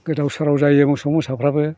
गोदाव सोराव जायो मोसौ मोसाफ्राबो